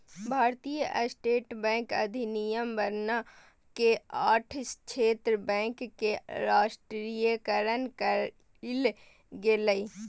भारतीय state bank अधिनियम बनना के आठ क्षेत्र बैंक के राष्ट्रीयकरण कइल गेलय